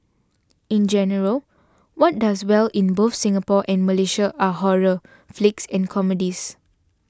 in general what does well in both Singapore and Malaysia are horror flicks and comedies